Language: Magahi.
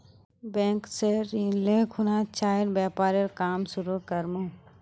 बैंक स ऋण ले खुना चाइर व्यापारेर काम शुरू कर मु